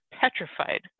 petrified